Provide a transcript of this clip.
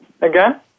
again